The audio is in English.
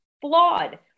flawed